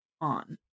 on